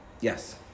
Yes